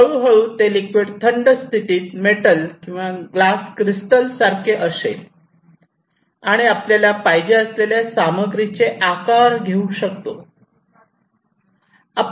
हळूहळू ते लिक्विड थंड स्थितीत मेटल किंवा ग्लास क्रिस्टल्स सारखे असेल आणि आपल्याला पाहिजे असलेल्या सामग्रीचे आकार घेऊ शकतो